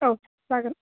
औ जागोन